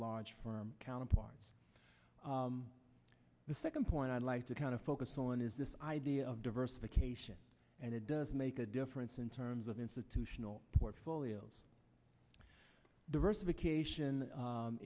large firm counterparts the second point i'd like to kind of focus on is this idea of diversification and it does make a difference in terms of institutional portfolios diversification